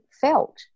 felt